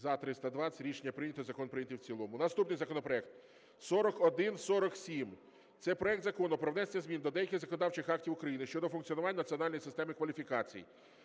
За-320 Рішення прийнято. Закон прийнятий в цілому. Наступний законопроект 4147. Це проект Закону про внесення змін до деяких законодавчих актів України щодо функціонування національної системи кваліфікацій.